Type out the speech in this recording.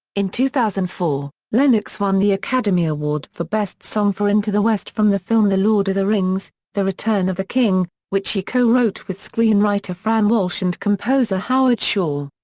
in two thousand and four, lennox won the academy award for best song for into the west from the film the lord of the rings the return of the king, which she co-wrote with screenwriter fran walsh and composer howard shore.